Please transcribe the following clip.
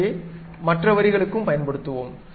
அதையே மற்ற வரிகளுக்கும் பயன்படுத்துவோம்